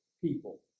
people